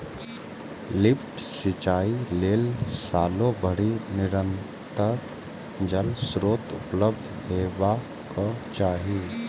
lift सिंचाइ लेल सालो भरि निरंतर जल स्रोत उपलब्ध हेबाक चाही